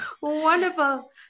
Wonderful